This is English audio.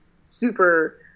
super